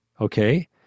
Okay